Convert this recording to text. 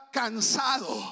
cansado